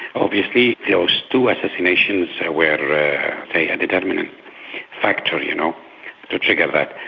obviously those two assassinations were a and determinant factor you know to trigger that.